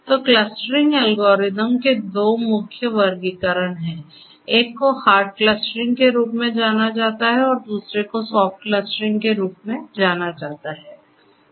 तो clustering algorithm के दो मुख्य वर्गीकरण हैं एक को हार्ड क्लस्टरिंग के रूप में जाना जाता है और दूसरे को सॉफ्ट क्लस्टरिंग के रूप में जाना जाता है